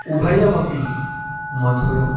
उभयमपि मधुरम्